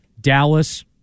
Dallas